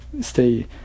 stay